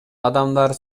адамдар